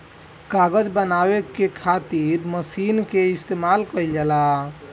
कागज बनावे के खातिर मशीन के इस्तमाल कईल जाला